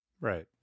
right